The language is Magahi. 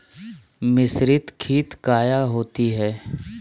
मिसरीत खित काया होती है?